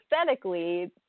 aesthetically